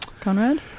Conrad